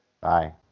bye